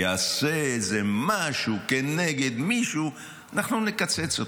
יעשה איזה משהו כנגד מישהו אנחנו נקצץ אותו.